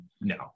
No